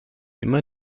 immer